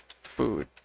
food